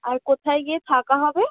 আর কোথায় গিয়ে থাকা হবে